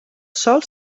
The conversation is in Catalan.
sol